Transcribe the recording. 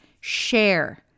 share